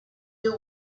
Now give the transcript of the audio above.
you